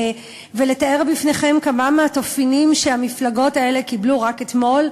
ולתאר בפניכם כמה מהתופינים שהמפלגות האלה קיבלו רק אתמול,